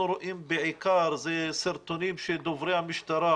רואים בעיקר זה סרטונים שדוברי המשטרה,